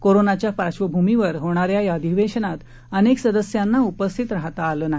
कोरोनाच्या पार्श्वभूमीवर होणाऱ्या या अधिवेशनात अनेक सदस्यांना उपस्थित राहता आलं नाही